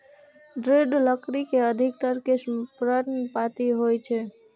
दृढ़ लकड़ी के अधिकतर किस्म पर्णपाती होइ छै